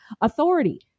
Authority